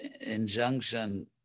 injunction